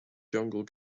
jungle